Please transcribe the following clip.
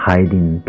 Hiding